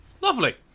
Lovely